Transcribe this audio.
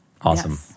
Awesome